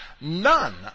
none